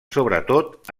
sobretot